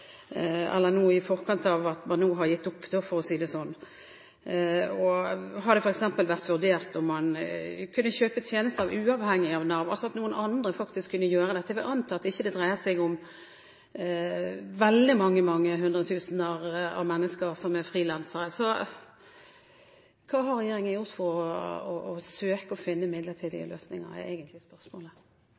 i forkant av at man nå har gitt opp, for å si det sånn. Har det f.eks. vært vurdert om man kunne kjøpe tjenester uavhengig av Nav, altså at noen andre faktisk kunne gjøre dette? Jeg vil anta at det ikke dreier seg om veldig mange hundre tusen mennesker som er frilansere. Hva har regjeringen gjort for å søke å finne midlertidige løsninger, er egentlig spørsmålet.